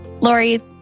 Lori